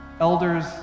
elders